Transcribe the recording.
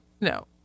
No